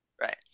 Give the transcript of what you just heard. right